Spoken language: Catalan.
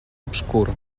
obscur